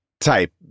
type